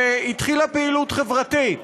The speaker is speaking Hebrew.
שהתחילה פעילות חברתית